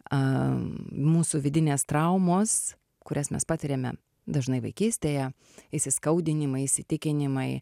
a mūsų vidinės traumos kurias mes patiriame dažnai vaikystėje įsiskaudinimai įsitikinimai